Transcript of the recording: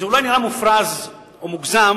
זה אולי נראה מופרז או מוגזם,